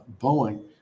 Boeing